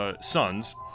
sons